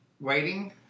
waiting